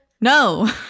no